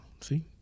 see